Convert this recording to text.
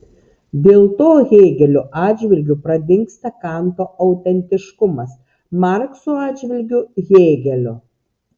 dėl to hėgelio atžvilgiu pradingsta kanto autentiškumas markso atžvilgiu hėgelio